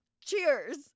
Cheers